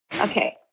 Okay